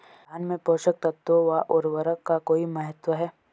धान में पोषक तत्वों व उर्वरक का कोई महत्व है?